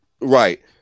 Right